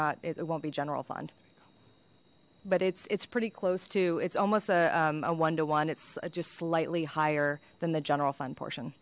not it won't be general fund but it's it's pretty close to it's almost a one to one it's just slightly higher than the general fund portion